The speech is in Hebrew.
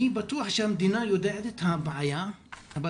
אני בטוח שהמדינה יודעת את הבעיה אבל